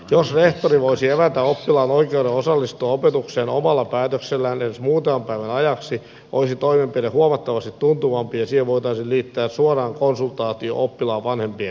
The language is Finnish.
jos rehtori voisi evätä oppilaan oi keuden osallistua opetukseen omalla päätöksellään edes muutaman päivän ajaksi olisi toimenpide huomattavasti tuntuvampi ja siihen voitaisiin liittää suoraan konsultaatio oppilaan vanhempien kanssa